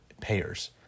payers